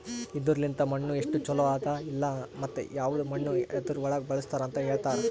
ಇದುರ್ ಲಿಂತ್ ಮಣ್ಣು ಎಸ್ಟು ಛಲೋ ಅದ ಇಲ್ಲಾ ಮತ್ತ ಯವದ್ ಮಣ್ಣ ಯದುರ್ ಒಳಗ್ ಬಳಸ್ತಾರ್ ಅಂತ್ ಹೇಳ್ತಾರ್